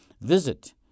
Visit